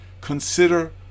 Consider